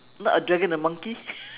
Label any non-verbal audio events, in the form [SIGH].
not a dragon a monkey [LAUGHS]